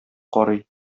карый